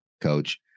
coach